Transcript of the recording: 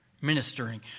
ministering